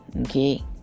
Okay